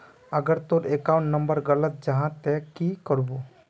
अगर तोर account number गलत जाहा ते की करबो?